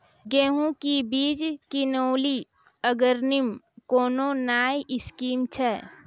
गेहूँ बीज की किनैली अग्रिम कोनो नया स्कीम छ?